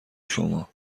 شما